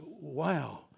Wow